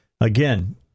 Again